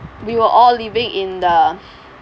we were all living in the